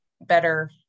better